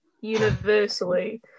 universally